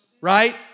right